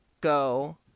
go